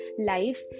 life